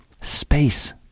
space